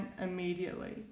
immediately